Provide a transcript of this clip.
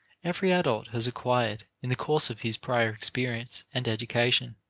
every adult has acquired, in the course of his prior experience and education,